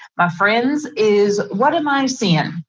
my friends is what am i seeing?